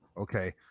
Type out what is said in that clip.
okay